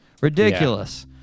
Ridiculous